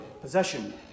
possession